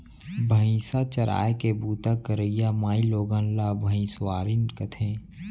भईंसा चराय के बूता करइया माइलोगन ला भइंसवारिन कथें